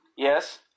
Yes